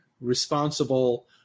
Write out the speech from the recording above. responsible